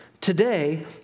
Today